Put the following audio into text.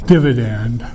dividend